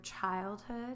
childhood